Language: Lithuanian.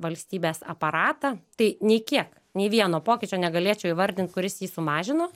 valstybės aparatą tai nei kiek nei vieno pokyčio negalėčiau įvardint kuris jį sumažino